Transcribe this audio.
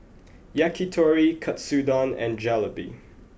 Yakitori Katsudon and Jalebi